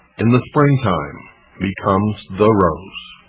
in the springtime becomes the rose.